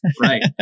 right